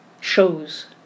shows